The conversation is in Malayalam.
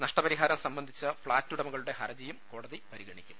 നഷ്ടപരിഹാരം സംബന്ധിച്ച ഫ്ളാറ്റ് ഉടമകളുടെ ഹർജിയും കോടതി പരിഗണിക്കും